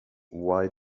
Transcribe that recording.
why